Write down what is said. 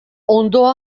hondoa